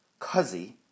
Cuzzy